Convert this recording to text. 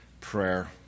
prayer